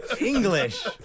English